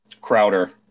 Crowder